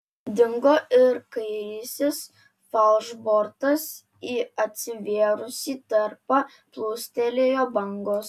dingo ir kairysis falšbortas į atsivėrusį tarpą plūstelėjo bangos